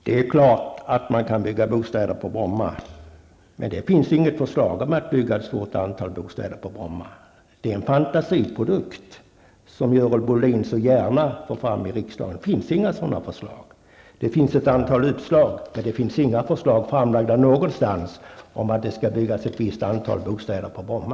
Det är klart att man kan bygga bostäder på Bromma, Görel Bohlin. Men det finns inget förslag om att bygga ett stort antal bostäder på Bromma. Det är en fantasiprodukt som Görel Bohlin så gärna för fram i riksdagen. Det finns inga sådana förslag. Det finns ett antal uppslag, men det finns inte någonstans några förslag framlagda om att det skall byggas ett visst antal bostäder på Bromma.